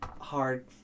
hard